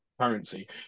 currency